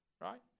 right